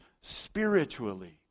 spiritually